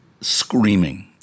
screaming